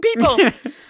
people